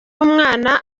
umwana